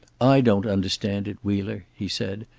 i don't understand it, wheeler, he said.